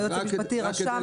היועץ המשפטי רשם,